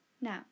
Now